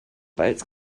boats